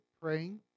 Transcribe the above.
praying